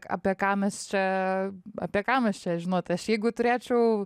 apie ką mes čia apie ką mes čia žinot aš jeigu turėčiau